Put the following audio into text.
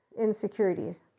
insecurities